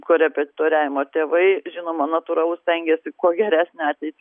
korepitetitoriavimo tėvai žinoma natūralu stengiasi kuo geresnę ateitį